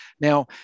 Now